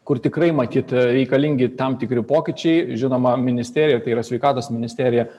kur tikrai matyt reikalingi tam tikri pokyčiai žinoma ministerija tai yra sveikatos ministerija